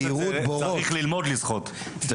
זה